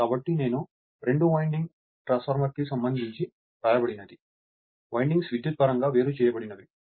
కాబట్టి నేను రెండు వైండింగ్ ట్రాన్స్ఫార్మర్ల కి సంబంధించి వ్రాయబడినది వైండింగ్స్ విద్యుత్తు పరంగా వేరుచేయబడినవి